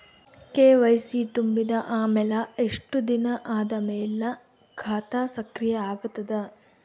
KYC ತುಂಬಿದ ಅಮೆಲ ಎಷ್ಟ ದಿನ ಆದ ಮೇಲ ಖಾತಾ ಸಕ್ರಿಯ ಅಗತದ?